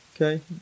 Okay